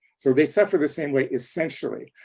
so they suffer the same way essentially.